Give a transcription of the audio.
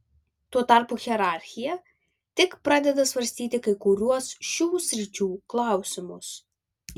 tuo tarpu hierarchija tik pradeda svarstyti kai kuriuos šių sričių klausimus